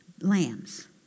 lambs